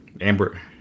Amber